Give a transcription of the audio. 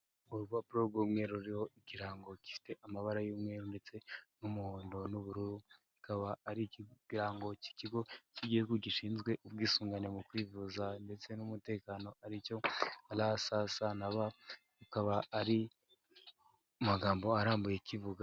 Urupapuro rw'umweru ruriho ikirango gifite amabara y'umweru ndetse n'umuhondo n'ubururu, kikaba ari ikirango cy'ikigo cy'igihugu gishinzwe ubwisungane mu kwivuza ndetse n'umutekano ari cyo RSSB, akaba ari mu magambo arambuye kivuga...